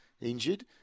injured